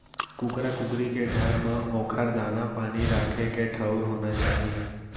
कुकरा कुकरी के घर म ओकर दाना, पानी राखे के ठउर होना चाही